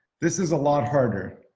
this is a lot harder.